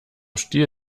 stiel